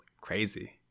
crazy